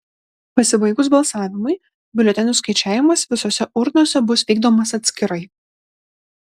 pasibaigus balsavimui biuletenių skaičiavimas visose urnose bus vykdomas atskirai